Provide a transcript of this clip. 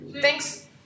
Thanks